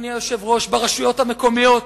אדוני היושב-ראש, ברשויות המקומיות.